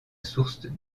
source